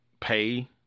pay